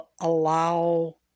allow